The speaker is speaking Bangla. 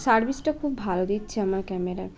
সার্ভিসটা খুব ভালো দিচ্ছে আমার ক্যামেরার